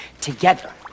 together